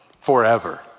forever